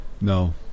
No